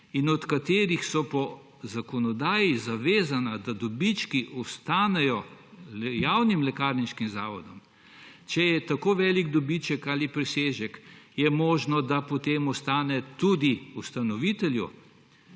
in od katerih so po zakonodaji zavezani, da dobički ostanejo javnim lekarniškim zavodom – če je tako velik dobiček ali presežek, je možno, da potem ostane tudi ustanovitelju.